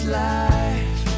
life